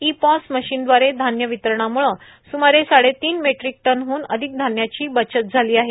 E POS मशीनदवारे धान्य वितरणामुळे सुमारे साडेतीन मेट्रिक टनहन अधिक धान्याची बचत झाली आहे